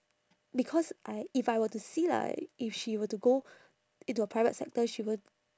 because I if I were to see like if she were to go into a private sector she won't